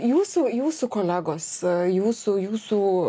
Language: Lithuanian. jūsų jūsų kolegos jūsų jūsų